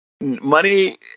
money